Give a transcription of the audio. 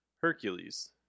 hercules